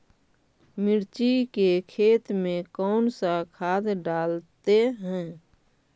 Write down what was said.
मिर्ची के खेत में कौन सा खाद डालते हैं?